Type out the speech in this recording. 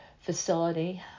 facility